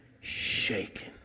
shaken